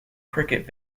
cricket